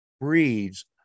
breeds